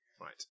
Right